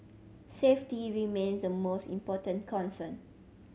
safety remains the most important concern